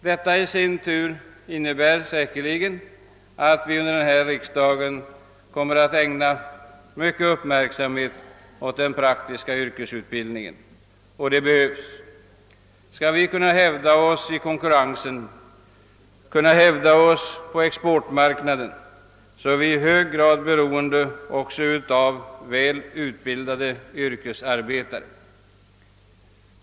Den innebär i sin tur säkerligen att vi under denna riksdag kommer att få ägna mycken uppmärksamhet åt den praktiska yrkesutbildningen, och det behövs. Skall vi kunna hävda oss i konkurrensen på exportmarknaden är vi i hög grad beroende också framdeles av väl utbildade yrkesarbetare.